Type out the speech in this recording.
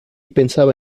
pensaba